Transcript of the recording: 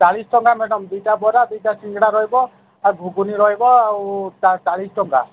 ଚାଳିଶ ଟଙ୍କା ମ୍ୟାଡମ୍ ଦୁଇଟା ବରା ଦୁଇଟା ସିଙ୍ଗଡ଼ା ରହିବ ଆଉ ଘୁଘୁନି ରହିବ ଆଉ ଚାଳିଶ ଟଙ୍କା